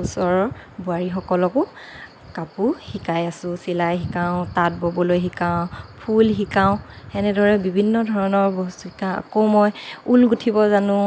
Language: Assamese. ওচৰৰ বোৱাৰীসকলকো কাপোৰ শিকাই আছোঁ চিলাই শিকাওঁ তাত ববলৈ শিকাওঁ ফুল শিকাওঁ এনেদৰে বিভিন্ন ধৰণৰ বস্তু আকৌ মই ঊল গুঠিব জানো